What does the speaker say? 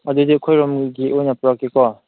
ꯑꯗꯨꯗꯤ ꯑꯩꯈꯣꯏꯔꯣꯝꯒꯤ ꯑꯣꯏꯅ ꯄꯨꯔꯛꯀꯦꯀꯣ